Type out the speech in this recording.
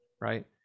Right